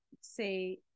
say